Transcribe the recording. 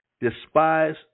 Despise